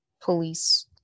police